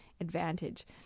advantage